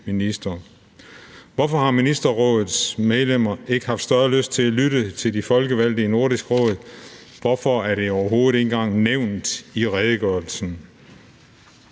ministre. Hvorfor har ministerrådets medlemmer ikke haft større lyst til at lytte til de folkevalgte i Nordisk Råd? Hvorfor er det overhovedet ikke engang nævnt i redegørelsen?